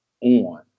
on